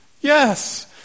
Yes